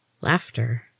Laughter